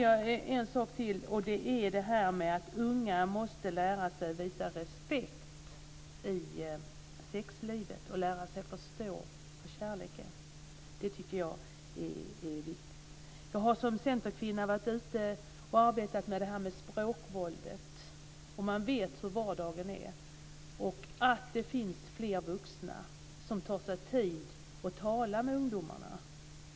Jag ska ta upp en sak till, nämligen att unga måste lära sig att visa respekt i sexlivet. De måste lära sig förstå vad kärlek är. Det är viktigt. Som centerkvinna har jag varit ute och arbetat med språkvåldet. Man vet hur vardagen är. Det är viktigt att det finns fler vuxna som tar sig tid att tala med ungdomarna.